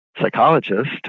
psychologist